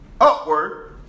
upward